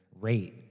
rate